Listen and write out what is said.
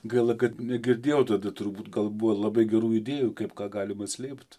gaila kad negirdėjau tada turbūt gal buvo labai gerų idėjų kaip ką galima slėpt